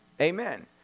Amen